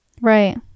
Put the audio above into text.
Right